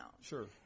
Sure